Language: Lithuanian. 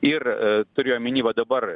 ir turiu omeny va dabar